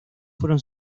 fueron